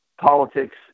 politics